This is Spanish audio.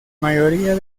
mayoría